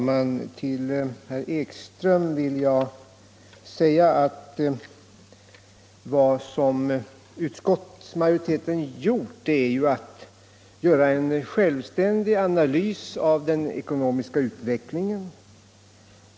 Herr talman! Utskottsmajoriteten har, herr Ekström, gjort en självständig analys av den ekonomiska utvecklingen.